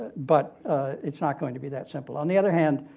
but its not going to be that simple. on the other hand,